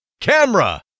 camera